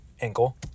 ankle